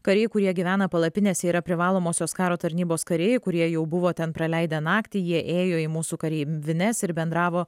kariai kurie gyvena palapinėse yra privalomosios karo tarnybos kariai kurie jau buvo ten praleidę naktį jie ėjo į mūsų kareivines ir bendravo